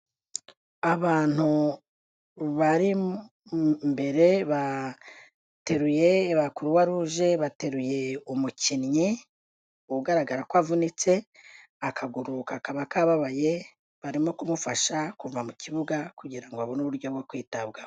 Abantu bari imbere bateruye, ba croix rouge bateruye umukinnyi ugaragara ko avunitse, akaguru kakaba kababaye, barimo kumufasha kuva mu kibuga kugira ngo abone uburyo bwo kwitabwaho.